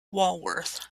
walworth